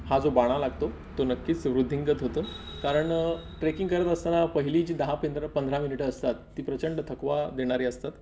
हा जो बाणा लागतो तो नक्कीच वृद्धिंगत होतो कारण ट्रेकिंग करत असताना पहिली जी दहा पिंदरा पंधरा मिनिटं असतात ती प्रचंड थकवा देणारी असतात